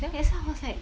that's why I was like